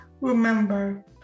remember